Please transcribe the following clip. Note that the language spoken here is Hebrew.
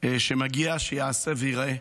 שמגיע שייעשה וייראה.